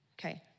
Okay